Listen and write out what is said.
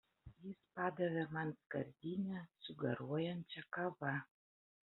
jis padavė man skardinę su garuojančia kava